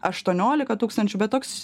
aštuoniolika tūkstančių bet toks